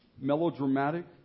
melodramatic